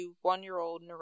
one-year-old